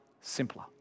simpler